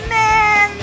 man